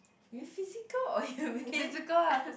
you mean physical or you mean